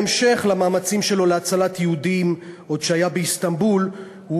בהמשך למאמצים שלו להצלת יהודים עוד כשהיה באיסטנבול,